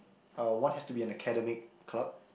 uh one has to be an academic club